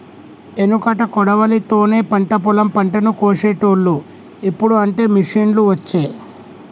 ఎనుకట కొడవలి తోనే పంట పొలం పంటను కోశేటోళ్లు, ఇప్పుడు అంటే మిషిండ్లు వచ్చే